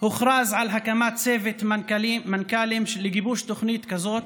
הוכרז על הקמת צוות מנכ"לים לגיבוש תוכנית כזאת.